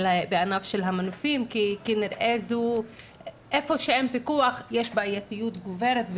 המנופים כי כנראה שאיפה שאין פיקוח יש בעייתיות גוברת,